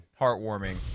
heartwarming